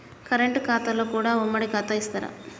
Current ఖాతాలో కూడా ఉమ్మడి ఖాతా ఇత్తరా?